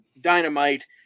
Dynamite